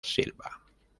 silva